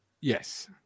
Yes